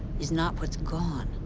is not what's gone,